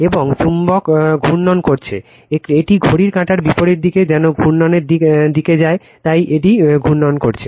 এবং চুম্বক ঘূর্ণন করছে এটি ঘড়ির কাঁটার বিপরীত দিকে যেটা ঘূর্ণনের দিকে যায় তাই এটি ঘূর্ণন করছে